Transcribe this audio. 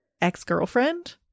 ex-girlfriend